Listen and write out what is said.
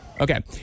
Okay